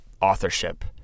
authorship